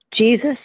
Jesus